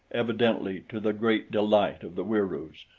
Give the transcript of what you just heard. evidently to the great delight of the wieroos,